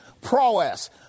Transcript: prowess